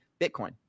Bitcoin